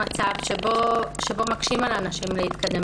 מצב שבו מקשים על הנשים להתקדם,